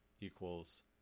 Equals